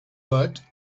but